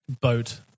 boat